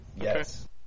Yes